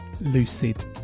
Lucid